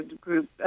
group